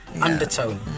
undertone